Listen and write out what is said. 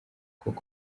kuba